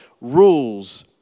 rules